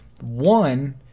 one